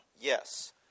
Yes